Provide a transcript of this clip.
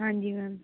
ਹਾਂਜੀ ਮੈਮ